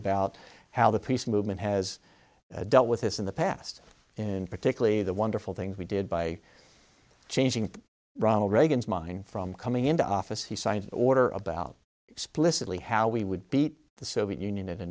about how the peace movement has dealt with this in the past and particularly the wonderful things we did by changing ronald reagan's mind from coming into office he signed an order about explicitly how we would beat the soviet union